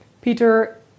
Peter